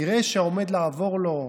יראה שעומד לעבור לו,